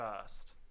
first